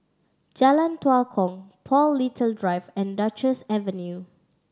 Jalan Tua Kong Paul Little Drive and Duchess Avenue